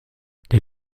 der